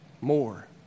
more